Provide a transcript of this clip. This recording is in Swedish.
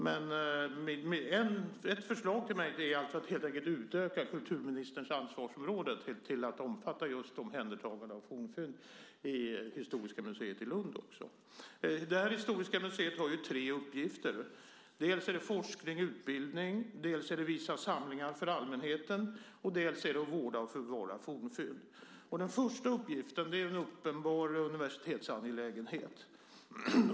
Mitt förslag är alltså helt enkelt att man utökar kulturministerns ansvarsområde till att omfatta just omhändertagande av fornfynd också vid Historiska museet i Lund. Museet har tre uppgifter: forskning och utbildning, att visa samlingarna för allmänheten och att vårda och förvara fornfynd. Den första uppgiften är en uppenbar universitetsangelägenhet.